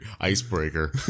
icebreaker